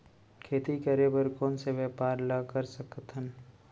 खेती करे बर कोन से व्यापार ला कर सकथन?